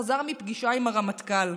חזר מפגישה עם הרמטכ"ל.